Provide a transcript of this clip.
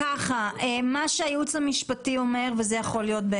מה שהייעוץ המשפטי אומר וזה יכול להיות.